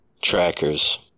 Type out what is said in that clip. trackers